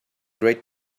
great